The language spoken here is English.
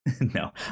No